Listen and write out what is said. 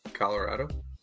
Colorado